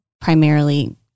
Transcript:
primarily